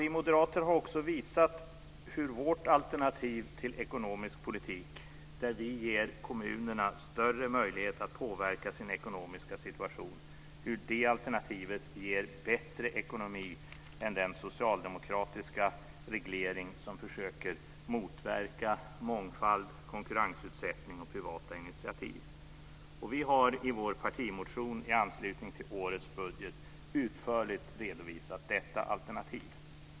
Vi moderater har också visat hur vårt alternativ till ekonomisk politik, där vi ger kommunerna större möjlighet att påverka sin ekonomiska situation, ger bättre ekonomi än den socialdemokratiska reglering som försöker motverka mångfald, konkurrensutsättning och privata initiativ. Vi har i vår partimotion i anslutning till årets budget utförligt redovisat detta alternativ.